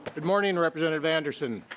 good morning representative anderson.